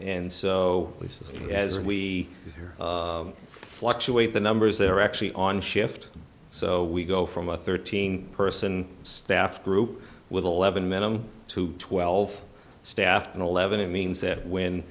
and so as we fluctuate the numbers they're actually on shift so we go from a thirteen person staff group with eleven minimum to twelve staff and eleven it means that when